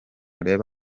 urebe